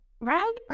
right